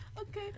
okay